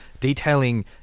detailing